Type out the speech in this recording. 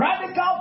Radical